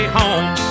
home